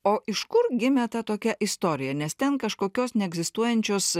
o iš kur gimė ta tokia istorija nes ten kažkokios neegzistuojančios